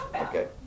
Okay